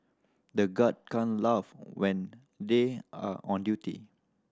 the guards can't laugh when they are on duty